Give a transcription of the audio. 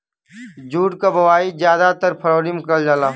jute क बोवाई जादातर फरवरी में करल जाला